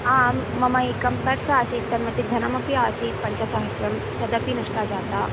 आम् मम एकं पर्स् आसीत् तन्मध्ये धनमपि आसीत् पञ्चसहस्रं तदपि नष्टं जाता